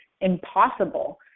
impossible